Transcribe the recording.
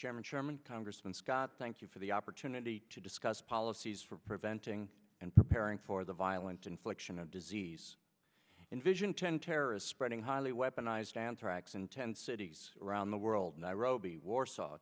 chairman chairman congressman scott thank you for the opportunity to discuss policies for preventing and preparing for the violent infliction of disease invasion ten terrorists spreading highly weaponized anthrax in ten cities around the world nairobi warsaw